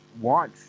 watch